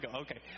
Okay